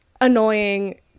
annoying